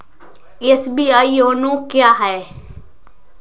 SBI YONO क्या है?